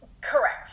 Correct